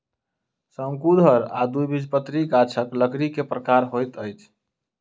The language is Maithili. शंकुधर आ द्विबीजपत्री गाछक लकड़ी के प्रकार होइत अछि